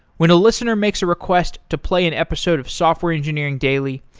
when a listener makes a request to play an episode of software engineering daily,